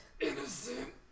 innocent